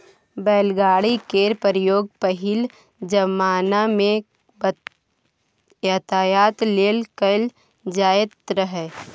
बैलगाड़ी केर प्रयोग पहिल जमाना मे यातायात लेल कएल जाएत रहय